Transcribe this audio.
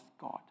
God